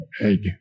egg